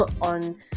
on